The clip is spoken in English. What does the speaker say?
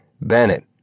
Bennett